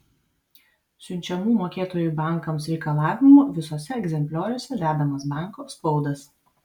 siunčiamų mokėtojų bankams reikalavimų visuose egzemplioriuose dedamas banko spaudas